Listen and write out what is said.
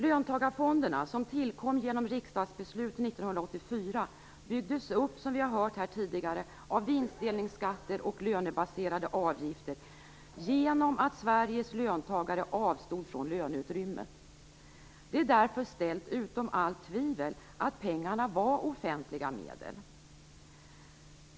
Löntagarfonderna, som tillkom genom riksdagsbeslut 1984, byggdes upp, som vi har hört här tidigare, av vinstdelningsskatter och lönebaserade avgifter genom att Sveriges löntagare avstod från löneutrymmet. Det är därför ställt utom allt tvivel att pengarna var offentliga medel.